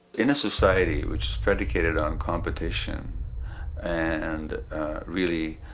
in a society which is predicated on competition and really,